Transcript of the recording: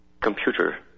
computer